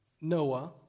Noah